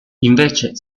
invece